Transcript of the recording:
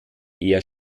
eher